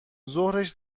ظهرش